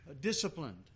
disciplined